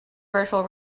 virtual